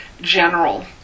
general